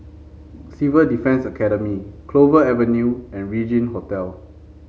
Civil Defence Academy Clover Avenue and Regin Hotel